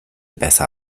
besser